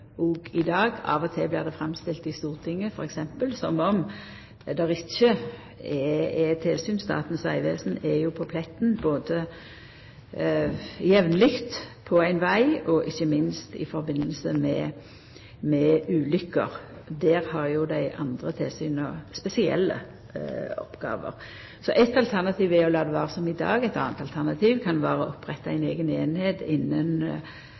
og til blir det framstilt i Stortinget f.eks. som om det ikkje er noko tilsyn. Statens vegvesen er jo på pletten jamnleg både på veg og ikkje minst i samband med ulykker. Der har dei andre tilsyna spesielle oppgåver. Så eit alternativ er å la det vera som i dag. Eit anna alternativ kan vera å oppretta ei eiga eining innan